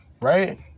Right